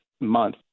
month